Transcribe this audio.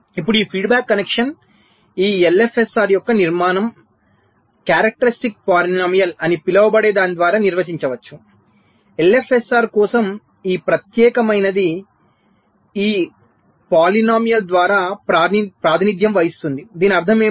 ఇప్పుడు ఈ feedback connection ఈ ఎల్ఎఫ్ఎస్ఆర్ యొక్క నిర్మాణం లక్షణం బహుపది అని పిలువబడే దాని ద్వారా నిర్వచించవచ్చు ఎల్ఎఫ్ఎస్ఆర్ కోసం ఈ ప్రత్యేకమైనది ఈ బహుపది ద్వారా ప్రాతినిధ్యం వహిస్తుందిదీని అర్థం ఏమిటి